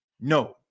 no